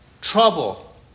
trouble